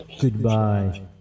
Goodbye